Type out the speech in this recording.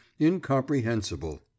incomprehensible